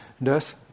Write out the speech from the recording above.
Thus